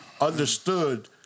understood